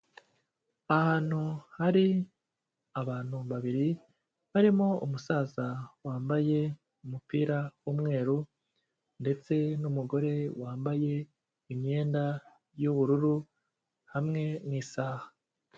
Ahantu hari abantu babiri barimo umusaza wambaye umupira w'umweru ndetse n'umugore wambaye imyenda y'ubururu, hamwe n'isaha.